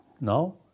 Now